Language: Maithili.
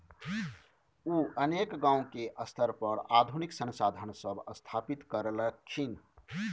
उ अनेक गांव के स्तर पर आधुनिक संसाधन सब स्थापित करलखिन